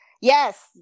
yes